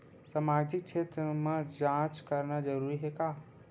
सामाजिक क्षेत्र म जांच करना जरूरी हे का?